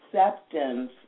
acceptance